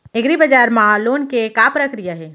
एग्रीबजार मा लोन के का प्रक्रिया हे?